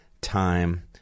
time